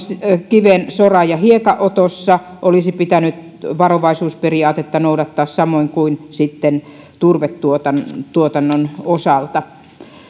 kiven soran ja hiekanotossa olisi pitänyt varovaisuusperiaatetta noudattaa samoin kuin sitten turvetuotannon osalta ja